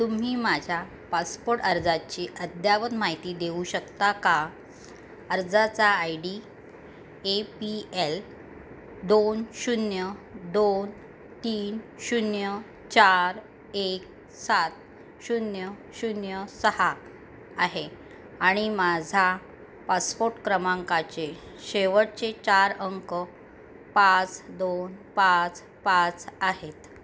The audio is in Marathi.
तुम्ही माझ्या पासपोर्ट अर्जाची अद्ययावत माहिती देऊ शकता का अर्जाचा I D A P L दोन शून्य दोन तीन शून्य चार एक सात शून्य शून्य सहा आहे आणि माझा पासपोर्ट क्रमांकाचे शेवटचे चार अंक पाच दोन पाच पाच आहेत